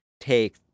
take